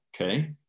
okay